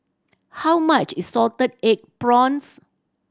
how much is salted egg prawns